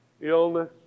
illness